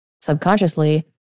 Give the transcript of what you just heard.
subconsciously